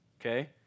Okay